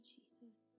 Jesus